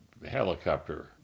Helicopter